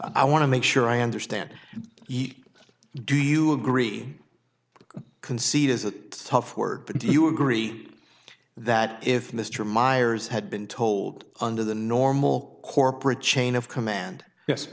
i want to make sure i understand eat do you agree concede is that tough work but do you agree that if mr meyers had been told under the normal corporate chain of command yes